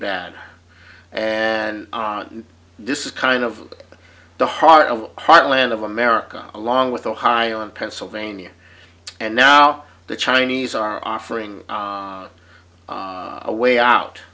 bad and this is kind of the heart of heartland of america along with ohio and pennsylvania and now the chinese are offering a way out